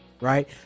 right